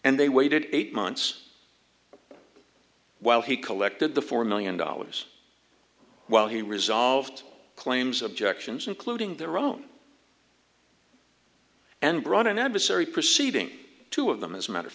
and they waited eight months while he collected the four million dollars while he resolved claims objections including their own and brought an adversary proceeding two of them as a matter of